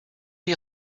you